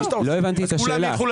כבר היום-